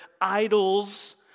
idols